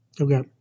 Okay